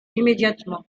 immédiatement